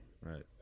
Right